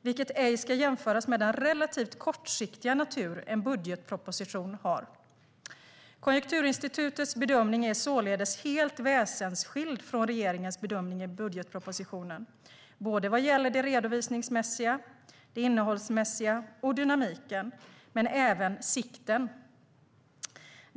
vilket ej ska jämföras med den relativt kortsiktiga natur en budgetproposition har . Konjunkturinstitutets bedömning är således helt väsensskild från regeringens bedömning i budgetpropositionen vad gäller det redovisningsmässiga, innehållsmässiga, dynamiken men även sikten.